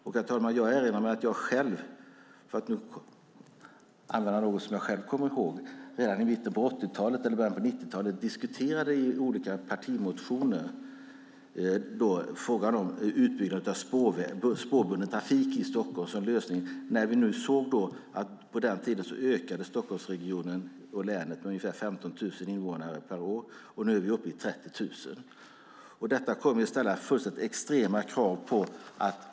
Och, herr talman, jag erinrar mig att jag, för att nu använda något som jag själv kommer ihåg, redan i mitten av 80-talet eller i början av 90-talet i olika partimotioner diskuterade frågan om utbyggnad av spårbunden trafik i Stockholm som en lösning. Vi såg att Stockholmsregionen och länet på den tiden ökade med ungefär 15 000 invånare per år. Nu är vi uppe i 30 000. Detta kommer att ställa extrema krav.